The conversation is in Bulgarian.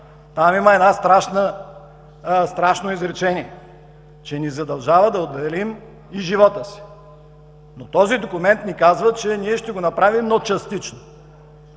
Там има едно страшно изречение, че ни задължава да дадем и живота си. Този документ ни казва, че ние ще го направим, но частично.